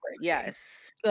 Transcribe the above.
Yes